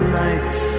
nights